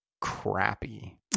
crappy